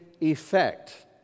effect